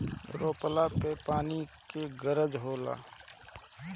रोपला पर पानी के गरज होला